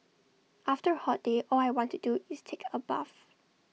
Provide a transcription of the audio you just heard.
after A hot day all I want to do is take A bath